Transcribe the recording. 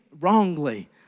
wrongly